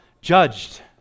judged